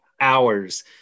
hours